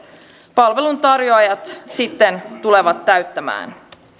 palveluntarjoajat sitten tulevat täyttämään